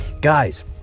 guys